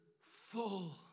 full